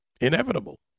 inevitable